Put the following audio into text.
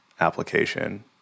application